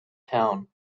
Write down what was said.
town